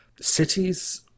Cities